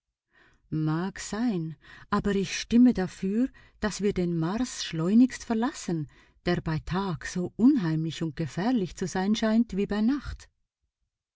mag sein aber ich stimme dafür daß wir den mars schleunigst verlassen der bei tag so unheimlich und gefährlich zu sein scheint wie bei nacht